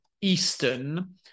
Eastern